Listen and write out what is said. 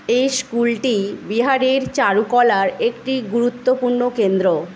এই স্কুলটি বিহারের চারুকলার একটি গুরুত্বপূর্ণ কেন্দ্র